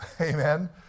Amen